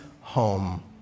home